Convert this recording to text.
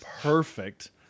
perfect